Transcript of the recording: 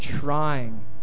trying